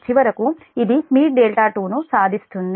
చివరకు ఇది మీ δ2 ను సాధిస్తుంది